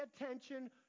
attention